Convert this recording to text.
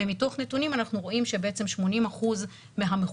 ומתוך הנתונים אנחנו רואים ש-80% מהמחוסנים